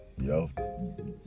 Yo